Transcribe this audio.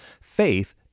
Faith